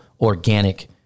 organic